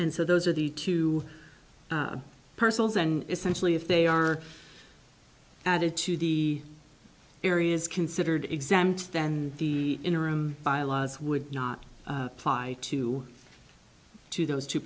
and so those are the two personals and essentially if they are added to the areas considered exempt then the interim bylaws would not apply to to those two